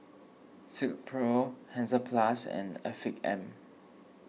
Silkpro Hansaplast and Afiq M